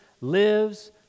lives